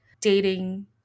dating